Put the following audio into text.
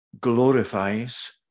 glorifies